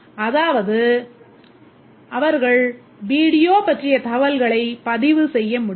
அதாவது அவர்கள் வீடியோ பற்றிய தகவல்களைப் பதிவு செய்ய முடியும்